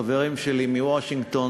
חברים שלי מוושינגטון,